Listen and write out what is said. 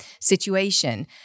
situation